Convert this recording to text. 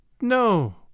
No